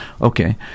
Okay